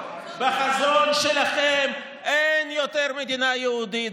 בחזון שלכם אין יותר מדינה יהודית,